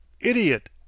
Idiot